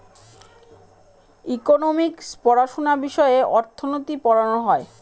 economics পড়াশোনা বিষয়ে অর্থনীতি পড়ানো হয়